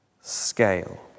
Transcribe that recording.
scale